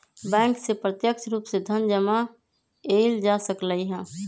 bank से प्रत्यक्ष रूप से धन जमा एइल जा सकलई ह